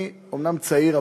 אני אומנם צעיר,